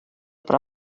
però